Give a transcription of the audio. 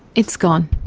it's gone.